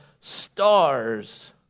stars